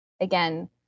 again